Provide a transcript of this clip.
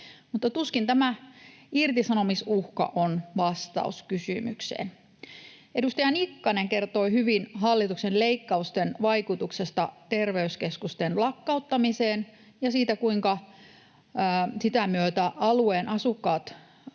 Tuskin tämä irtisanomisuhka on vastaus kysymykseen. Edustaja Nikkanen kertoi hyvin hallituksen leikkausten vaikutuksesta terveyskeskusten lakkauttamiseen ja siitä, kuinka sitä myötä alueen asukkaat